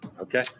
Okay